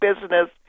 business